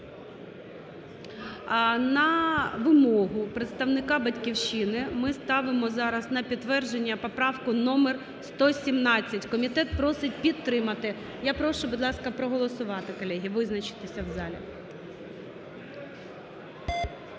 На вимогу представника "Батьківщини" ми ставимо зараз на підтвердження поправку номер 117. Комітет просить підтримати. Я прошу, будь ласка, проголосувати, колеги, визначитися в залі.